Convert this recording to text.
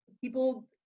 people